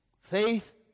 Faith